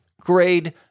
grade